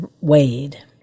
Wade